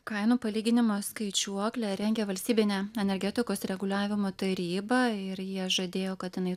kainų palyginimo skaičiuoklę rengia valstybinė energetikos reguliavimo taryba ir jie žadėjo kad jinai